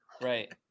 right